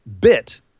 bit